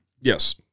yes